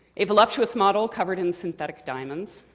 a voluptuous model covered in synthetic diamonds.